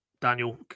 Daniel